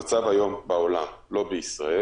היום המצב בעולם, לא בישראל,